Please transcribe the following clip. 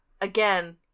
again